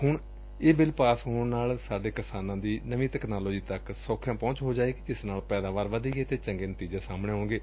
ਹੁਣ ਇਹ bill pass ਹੋਣ ਨਾਲ ਸਾਡੇ ਕਿਸਾਨਾਂ ਦੀ ਨਵੀਂ ਤਕਨਾਲੋਜੀ ਤੱਕ ਸੌਖਿਆਂ ਪਹੁੰਚ ਹੋ ਜਾਏਗੀ ਜਿਸ ਨਾਲ ਪੈਦਾਵਾਰ ਵਧੇਗੀ ਅਤੇ ਚੰਗੇ ਨਤੀਜੇ ਸਾਹਮਣੇ ਆਉਣਗੇ